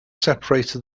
separated